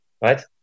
Right